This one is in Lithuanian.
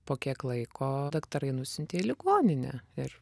po kiek laiko daktarai nusiuntė į ligoninę ir